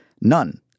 none